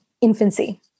infancy